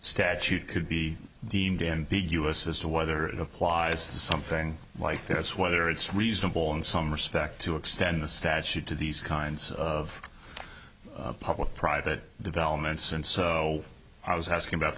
statute could be deemed ambiguous as to whether it applies to something like this whether it's reasonable in some respects to extend the statute to these kinds of public private developments and so i was asking about